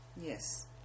Yes